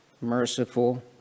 merciful